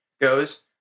goes